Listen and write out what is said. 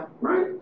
Right